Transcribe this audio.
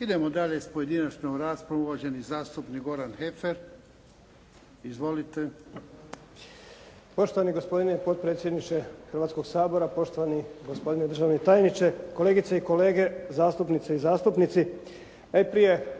Idemo dalje s pojedinačnom raspravom, uvaženi zastupnik Goran Heffer. Izvolite. **Heffer, Goran (SDP)** Poštovani gospodine potpredsjedniče Hrvatskoga sabora, poštovani gospodine državni tajniče, kolegice i kolege zastupnice i zastupnici. Najprije